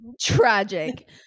Tragic